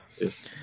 Yes